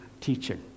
teaching